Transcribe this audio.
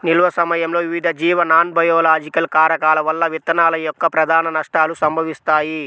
నిల్వ సమయంలో వివిధ జీవ నాన్బయోలాజికల్ కారకాల వల్ల విత్తనాల యొక్క ప్రధాన నష్టాలు సంభవిస్తాయి